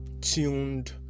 tuned